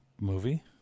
movie